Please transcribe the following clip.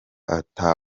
ata